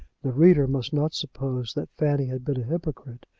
the reader must not suppose that fanny had been a hypocrite.